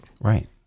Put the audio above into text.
Right